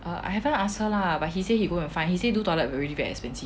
I haven't ask her lah but he say he go and find he say do toilet already very expensive